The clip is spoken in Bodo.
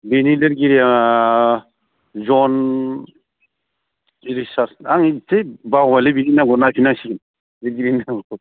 बेनि लिरगिरिया जन रिचार्ड आंनि इसे बावबायलै बिनि नामखौ नायफिननांसिगोन लिरगिरिनि नामखौ